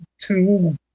two